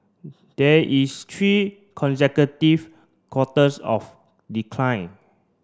there is consecutive quarters of decline